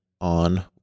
on